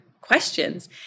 questions